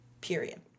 Period